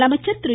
முதலமைச்சர் திரு